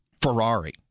Ferrari